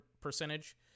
percentage